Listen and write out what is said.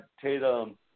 Tatum